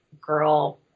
girl